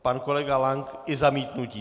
Pan kolega Lank i zamítnutí.